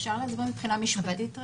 אפשר לדבר מבחינה משפטית?